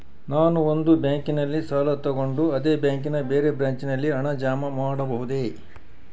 ನಾನು ಒಂದು ಬ್ಯಾಂಕಿನಲ್ಲಿ ಸಾಲ ತಗೊಂಡು ಅದೇ ಬ್ಯಾಂಕಿನ ಬೇರೆ ಬ್ರಾಂಚಿನಲ್ಲಿ ಹಣ ಜಮಾ ಮಾಡಬೋದ?